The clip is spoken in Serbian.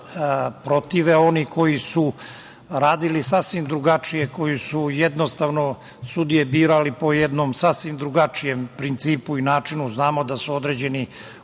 protive oni koji su radili sasvim drugačije, koji su sudije birali po jednom sasvim drugačijem principu i načinu. Znamo da su određeni